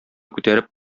күтәреп